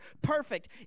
perfect